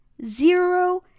Zero